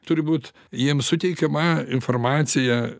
turi būt jiem suteikiama informacija